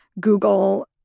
Google